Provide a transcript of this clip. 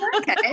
okay